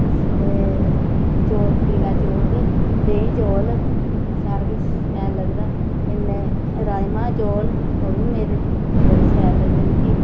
एह चौले पीला चौल देहीं चौल सारा किश शैल लगदा कन्नै राजमा चौल ओह् बी मेरे बड़े शैल लगदे मिकी